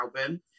album